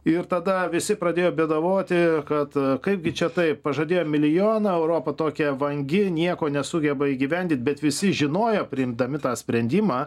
ir tada visi pradėjo bėdavoti kad kaipgi čia taip pažadėjo milijoną o europa tokia vangi nieko nesugeba įgyvendint bet visi žinojo priimdami tą sprendimą